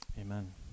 Amen